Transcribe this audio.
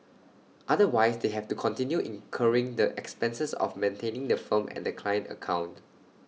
otherwise they have to continue incurring the expenses of maintaining the firm and the client account